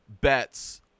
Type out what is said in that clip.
bets